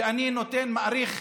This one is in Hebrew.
אני מאריך